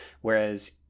whereas